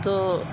তো